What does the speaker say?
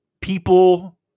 people